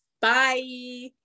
Bye